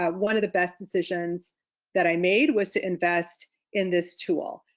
um one of the best decisions that i made was to invest in this tool,